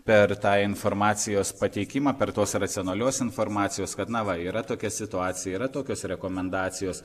per tą informacijos pateikimą per tos racionalios informacijos kad na va yra tokia situacija yra tokios rekomendacijos